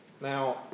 Now